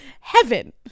heaven